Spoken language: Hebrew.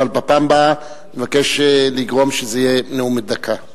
אבל בפעם הבאה אני מבקש לגרום שזה יהיה נאום בן דקה.